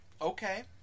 okay